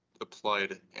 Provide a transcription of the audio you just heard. Applied